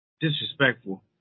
Disrespectful